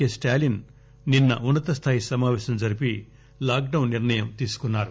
K Stalin నిన్న ఉన్నతస్థాయి సమాపేశం జరిపి లాక్ డౌన్ నిర్ణయం తీసుకున్నారు ఎస్